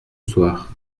soir